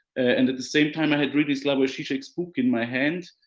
and at the same time i had really slavoj zizek's book in my hand.